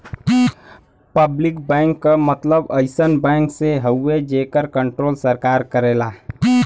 public bank क मतलब अइसन बैंक से हउवे जेकर कण्ट्रोल सरकार करेला